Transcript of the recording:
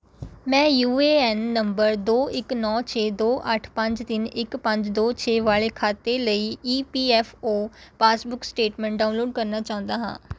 ਮੈਂ U A N ਨੰਬਰ ਦੋ ਇੱਕ ਨੌਂ ਛੇ ਦੋ ਅੱਠ ਪੰਜ ਤਿੰਨ ਇੱਕ ਪੰਜ ਦੋ ਛੇ ਵਾਲੇ ਖਾਤੇ ਲਈ E P F O passbook statement download ਕਰਨਾ ਚਾਹੁੰਦਾ ਹਾਂ